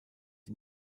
ihn